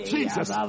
Jesus